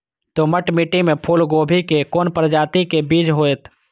दोमट मिट्टी में फूल गोभी के कोन प्रजाति के बीज होयत?